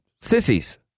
sissies